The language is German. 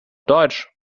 deutsch